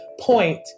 point